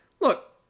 look